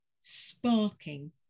sparking